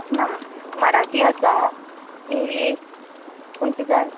ना मराठी आसा इंग्लीश कुईचें जाय